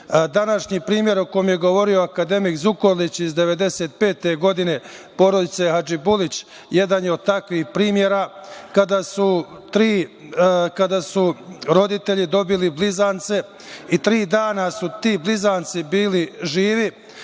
decu. Današnji primer o kom je govorio akademik Zukorlić, iz 1995. godine, porodice Adžibulić, jedan je od takvih primera kada su roditelji dobili blizance i tri dana su ti blizanci bili živi.